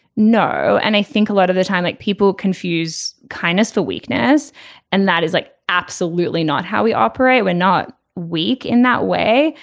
no. and i think a lot of the time like people confuse kindness for weakness and that is like absolutely not how we operate we're not weak in that way.